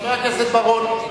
חבר הכנסת בר-און,